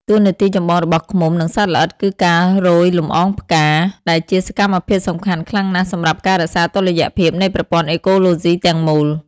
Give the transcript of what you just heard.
តួនាទីចម្បងរបស់ឃ្មុំ និងសត្វល្អិតគឺការរោយលំអងផ្កា ដែលជាសកម្មភាពសំខាន់ខ្លាំងណាស់សម្រាប់ការរក្សាតុល្យភាពនៃប្រព័ន្ធអេកូឡូស៊ីទាំងមូល។